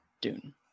dune